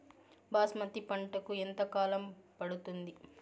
బాస్మతి పంటకు ఎంత కాలం పడుతుంది?